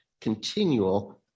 continual